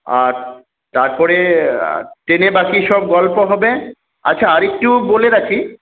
আর তারপরে ট্রেনে বাকি সব গল্প হবে আচ্ছা আরিফকেও বলে রাখি